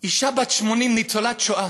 אישה בת 80, ניצולת שואה.